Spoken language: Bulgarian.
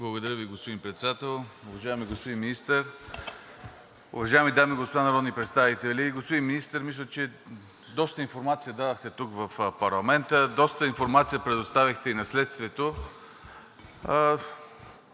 Благодаря Ви, господин Председател. Уважаеми господин Министър, уважаеми дами и господа народни представители! Господин Министър, мисля, че дадохте доста информация тук в парламента, доста информация предоставихте и на следствието.